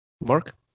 Mark